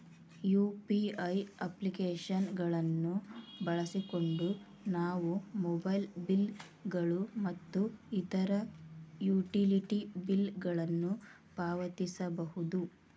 UPI application ಗಳನ್ನು ಬಳಸಿಕೊಂಡು ನಾವು ಮೊಬೈಲ್ ಬಿಲ್ ಗಳು ಮತ್ತು ಇತರ ಯುಟಿಲಿಟಿ ಬಿಲ್ ಗಳನ್ನು ಪಾವತಿಸಬಹುದು